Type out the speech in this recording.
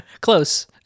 Close